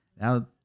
now